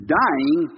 dying